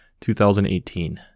2018